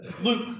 Luke